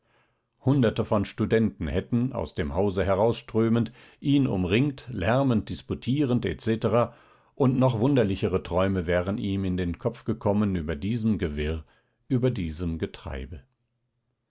hunderte von studenten hätten aus dem hause herausströmend ihn umringt lärmend disputierend etc und noch wunderlichere träume wären ihm in den kopf gekommen über diesem gewirr über diesem getreibe